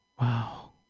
wow